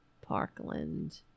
Parkland